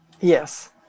Yes